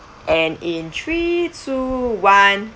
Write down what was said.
and in three two one